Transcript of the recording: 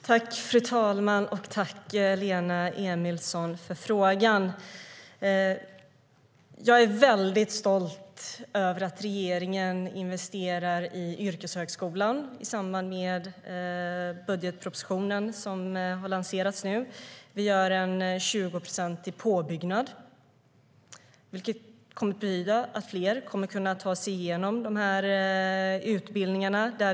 Fru talman! Jag tackar Lena Emilsson för frågan. Jag är mycket stolt över att regeringen investerar i yrkeshögskolan i samband med budgetpropositionen som nu har lagts fram. Vi gör en 20-procentig påbyggnad, vilket kommer att betyda att fler kommer att kunna ta sig igenom dessa utbildningar.